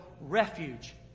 refuge